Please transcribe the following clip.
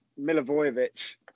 Milivojevic